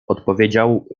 odpowiedział